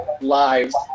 lives